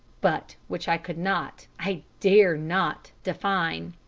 but which i could not i dare not define.